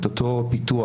את אותו פיתוח,